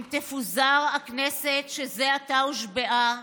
אם תפוזר הכנסת שזה עתה הושבעה,